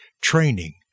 training